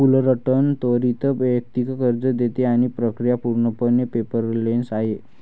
Fullerton त्वरित वैयक्तिक कर्ज देते आणि प्रक्रिया पूर्णपणे पेपरलेस आहे